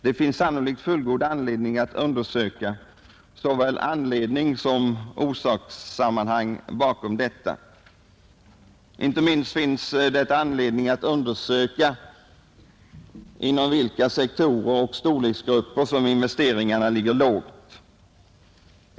Det finns sannolikt fullgoda skäl att undersöka orsakssammanhangen bakom detta. Inte minst finns det anledning undersöka inom vilka sektorer och storleksgrupper som investeringarna ligger lågt.